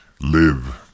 live